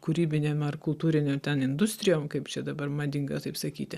kūrybinėm ar kultūrinio ten industrijom kaip čia dabar madinga taip sakyti